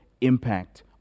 impact